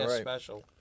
special